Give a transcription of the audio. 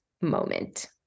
moment